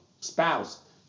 spouse